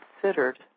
considered